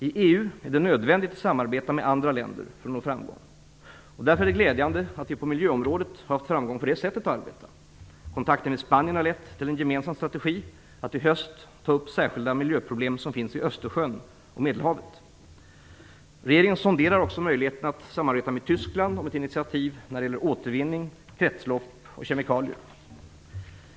I EU är det nödvändigt att samarbeta med andra länder för att nå framgång. Därför är det glädjande att vi på miljöområdet har haft framgång för det sättet att arbeta. Kontakter med Spanien har lett till en gemensam strategi att i höst ta upp gemensamma miljöproblem som finns i Östersjön och Medelhavet. Regeringen sonderar också möjligheten att samarbeta med Tyskland om ett initiativ när det gäller återvinning, kretslopp och kemikalier.